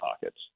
pockets